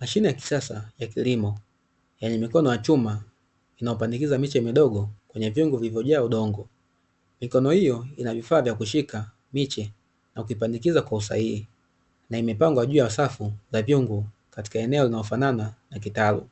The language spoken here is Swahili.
Mashine ya kisasa ya kilimo yenye mikono ya chuma inayopendekeza miche midogo kwenye vyombo vilivyojaa udongo, mikono hiyo ina vifaa vya kushika miche na kupandikizwa kwa usahihi, na imepangwa juu ya wasafi za vyombo katika eneo linalofanana na kitalo